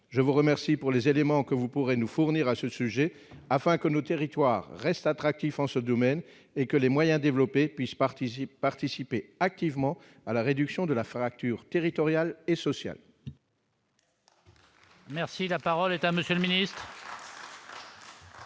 je vous remercie pour les éléments que vous pourrez nous fournir à ce sujet, afin que nos territoires reste attractif en ce domaine et que les moyens développés puissent participer participer activement à la réduction de la fracture territoriale et sociale.